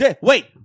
Wait